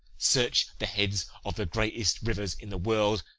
search the heads of the greatest rivers in the world,